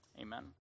amen